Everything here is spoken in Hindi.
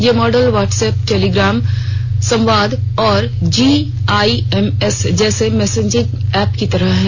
ये मॉडल व्हाटसऐप टेलीग्राम संवाद और जीआईएमएस जैसे मैसेजिंग ऐप की तरह है